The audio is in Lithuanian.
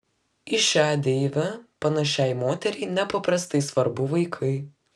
į šią deivę panašiai moteriai nepaprastai svarbu vaikai